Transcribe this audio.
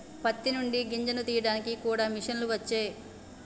పత్తి నుండి గింజను తీయడానికి కూడా మిషన్లు వచ్చే